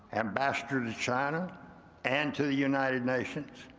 ambassador to china and to the united nations.